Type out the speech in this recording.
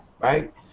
right